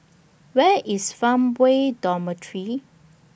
Where IS Farmway Dormitory